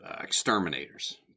exterminators